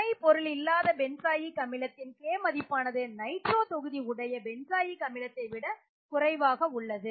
துணை பொருளில்லாத பென்சாயிக் அமிலத்தின் K மதிப்பானது நைட்ரோ தகுதி உடைய பென்சாயிக் அமிலத்தை விட குறைவாக உள்ளது